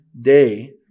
day